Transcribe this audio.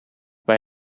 bij